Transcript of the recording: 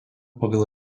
pagal